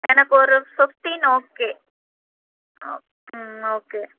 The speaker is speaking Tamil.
எனக்கு ஒரு ஃபிஃப்டின் ஓகே ம் ஓகே